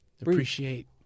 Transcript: Appreciate